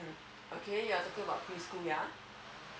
mm okay you're talking about preschool yeah